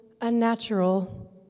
unnatural